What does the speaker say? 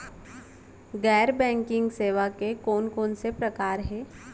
गैर बैंकिंग सेवा के कोन कोन से प्रकार हे?